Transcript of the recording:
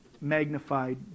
magnified